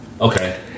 Okay